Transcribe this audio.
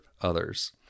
others